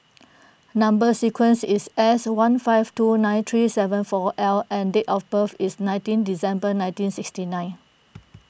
Number Sequence is S one five two nine three seven four L and date of birth is nineteen December nineteen sixty nine